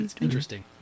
Interesting